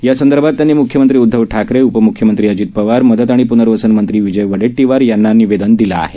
यासंदर्भात त्यांनी मुख्यमंत्री उध्दव ठाकरे उपमुख्यमंत्री अजित पवार मदत आणि पुनर्वसन मंत्री विजय वडेट्टीवार यांना निवेदन दिलं आहे